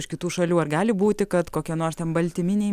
iš kitų šalių ar gali būti kad kokie nors ten baltyminiai